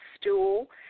stool